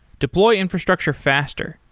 deploy infrastructure faster.